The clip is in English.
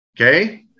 Okay